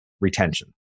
retention